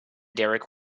derek